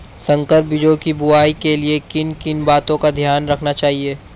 संकर बीजों की बुआई के लिए किन किन बातों का ध्यान रखना चाहिए?